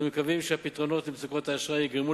אנו מקווים שהפתרונות למצוקות האשראי יגרמו